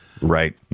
right